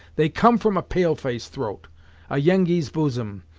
they come from a pale-face throat a yengeese bosom,